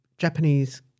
Japanese